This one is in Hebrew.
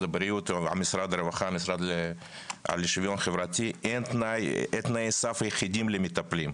הבריאות ומשרד הרווחה והשוויון החברתי אין תנאי סף אחידים למטפלים.